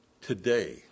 Today